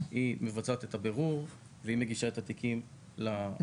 היא מבצעת את הבירור והיא מגישה את התיקים לפרקליטות.